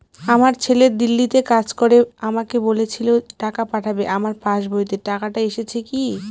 আমার ছেলে দিল্লীতে কাজ করে আমাকে বলেছিল টাকা পাঠাবে আমার পাসবইতে টাকাটা এসেছে কি?